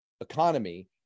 economy